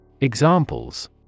Examples